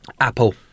Apple